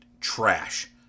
trash